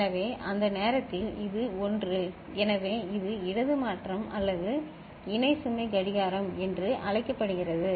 எனவே அந்த நேரத்தில் இது 1 எனவே இது இடது மாற்றம் அல்லது இணை சுமை கடிகாரம் என்று அழைக்கப்படுகிறது